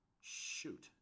Shoot